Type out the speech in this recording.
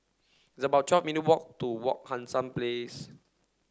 it's about twelve minutes' walk to Wak Hassan Place